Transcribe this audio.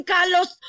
Carlos